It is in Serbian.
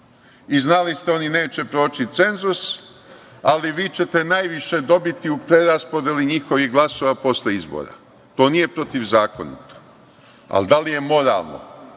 I znali ste, oni neće proći cenzus, ali vi ćete najviše dobiti u preraspodeli njihovih glasova posle izbora. To nije protivzakonito, ali da li je moralno?